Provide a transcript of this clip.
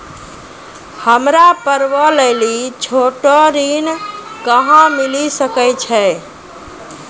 हमरा पर्वो लेली छोटो ऋण कहां मिली सकै छै?